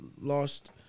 lost